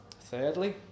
Thirdly